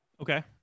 Okay